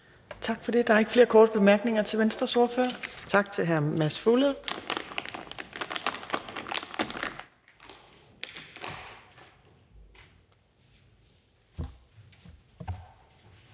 Tak for det. Der er ikke flere korte bemærkninger til Venstres ordfører. Tak til hr. Mads Fuglede.